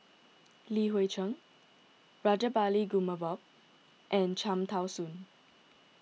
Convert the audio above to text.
Li Hui Cheng Rajabali Jumabhoy and Cham Tao Soon